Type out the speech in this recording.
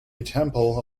temple